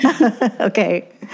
Okay